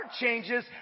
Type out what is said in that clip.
changes